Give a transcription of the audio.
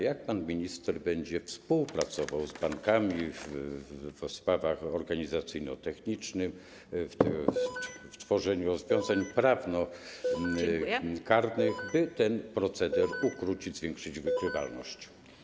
Jak pan minister będzie współpracował z bankami w sprawach organizacyjno-technicznych, w tworzeniu rozwiązań prawnokarnych, by ten proceder ukrócić, zwiększyć wykrywalność?